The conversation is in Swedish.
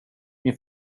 min